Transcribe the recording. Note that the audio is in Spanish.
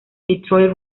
detroit